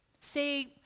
say